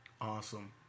Awesome